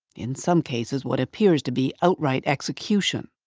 in some cases, what appears to be outright execution.